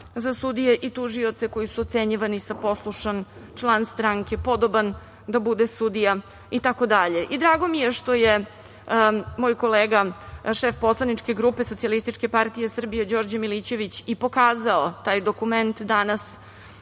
za sudije i tužioce koji su ocenjivani sa poslušan član stranke, podoban da bude sudija itd. Drago mi je što je moj kolega, šef poslaničke grupe SPS, Đorđe Milićević i pokazao taj dokument danas,